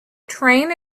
train